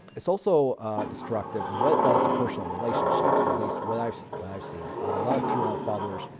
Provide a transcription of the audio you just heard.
it's also destructive in what does the personal relationships, at least what i've what i've seen. a lot of qanon followers,